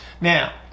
Now